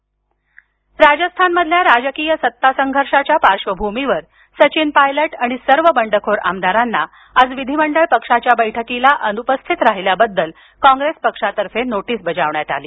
राजस्थान राजस्थानमधील राजकीय सत्ता संघर्षाच्या पार्श्वभूमीवर सचिन पायलट आणि सर्व बंडखोर आमदारांना आज विधिमंडळ पक्षाच्या बैठकीला अनुपस्थित राहिल्याबद्दल कॉंग्रेस पक्षातर्फे नोटीस बजावण्यात आली